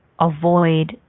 avoid